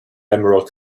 emerald